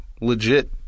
legit